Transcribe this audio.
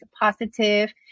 positive